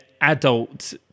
adult